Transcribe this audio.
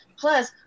Plus